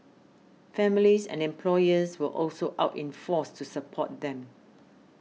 families and employers were also out in force to support them